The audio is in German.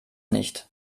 nicht